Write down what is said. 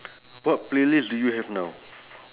what playlist do you have now